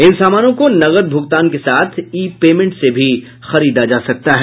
इन सामानों को नकद भुगतान के साथ ई पेमेंट से भी खरीदा जा सकता है